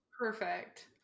perfect